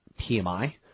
PMI